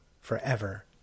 forever